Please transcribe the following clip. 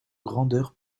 grandeur